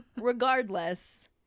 regardless